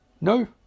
No